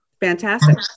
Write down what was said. Fantastic